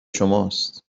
شماست